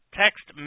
text